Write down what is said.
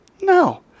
No